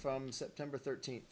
from september thirteenth